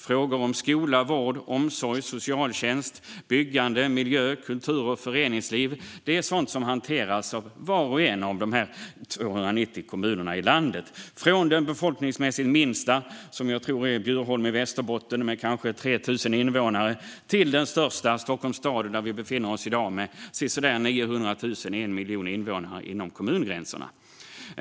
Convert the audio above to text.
Frågor om skola, vård, omsorg, socialtjänst, byggande, miljö, kultur och föreningsliv är sådant som hanteras av var och en av de 290 kommunerna i landet - från den befolkningsmässigt minsta, som jag tror är Bjurholm i Västerbotten med kanske 3 000 invånare, till den största, Stockholms stad där vi befinner oss i dag, med sisådär 900 000 eller 1 miljon invånare inom kommungränserna.